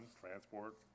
transport